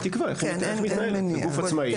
היא תקבע איך היא מתנהלת כגוף עצמאי.